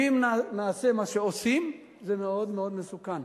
ואם נעשה מה שעושים, זה מאוד מאוד מסוכן.